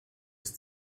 ist